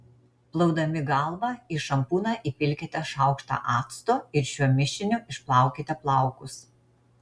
plaudami galvą į šampūną įpilkite šaukštą acto ir šiuo mišiniu išplaukite plaukus